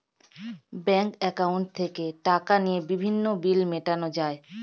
bank অ্যাকাউন্টে থেকে টাকা নিয়ে বিভিন্ন বিল মেটানো যায়